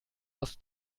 aus